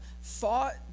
fought